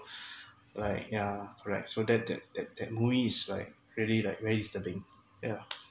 like yeah correct so that that that that movie is like very like very disturbing yeah